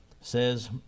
says